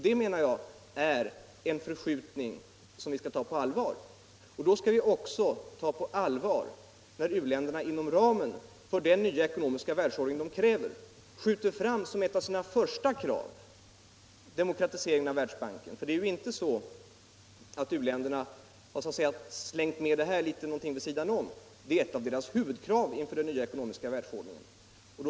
Det, menar jag, är en förskjutning som vi skall ta på allvar. Då skall vi också ta på allvar när u-länderna inom ramen för den nya ekonomiska världsordning som de kräver skjuter fram, som ett av sina främsta krav, demokratiseringen av Världsbanken. U-länderna har inte så att säga slängt med det här kravet litet vid sidan om — det är ett av deras huvudkrav inför den nya ekonomiska världsordningen.